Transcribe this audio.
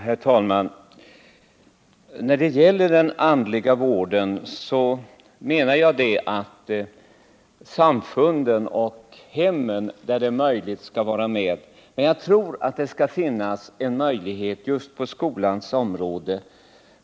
Herr talman! När det gäller bedrivandet av den andliga vården menar jag att samfunden och hemmen, där det är möjligt, skall vara med. Men jag tror att det skall finnas en möjlighet härtill också på skolans område.